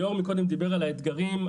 ליאור מקודם דיבר על האתגרים,